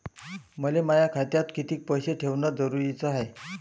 मले माया खात्यात कितीक पैसे ठेवण जरुरीच हाय?